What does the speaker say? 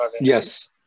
Yes